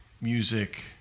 music